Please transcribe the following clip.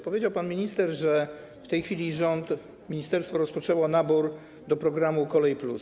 Powiedział pan minister, że w tej chwili rząd, ministerstwo rozpoczęło nabór do programu „Kolej+”